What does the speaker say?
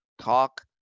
talk